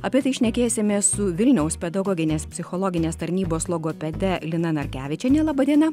apie tai šnekėsimės su vilniaus pedagoginės psichologinės tarnybos logopedė lina narkevičienė laba diena